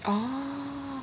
oh